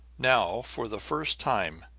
now, for the first time,